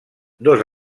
dos